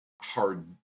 hard